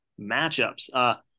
matchups